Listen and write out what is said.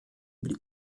blé